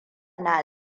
na